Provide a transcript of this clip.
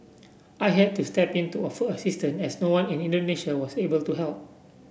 I had to step in to offer assistance as no one in Indonesia was able to help